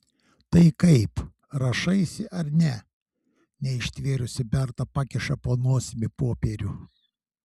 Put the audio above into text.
tai kaip rašaisi ar ne neištvėrusi berta pakiša po nosimi popierių